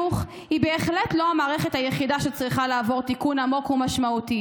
להצביע בעד, ואתם בעד,